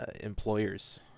employers